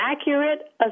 accurate